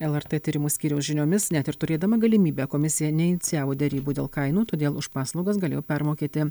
lrt tyrimų skyriaus žiniomis net ir turėdama galimybę komisija neinicijavo derybų dėl kainų todėl už paslaugas galėjo permokėti